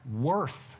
Worth